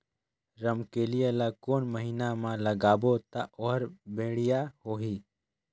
रमकेलिया ला कोन महीना मा लगाबो ता ओहार बेडिया होही?